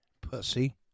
Pussy